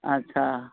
اچھا